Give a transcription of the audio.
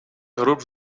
grups